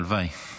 הלוואי.